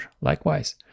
likewise